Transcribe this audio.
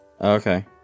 Okay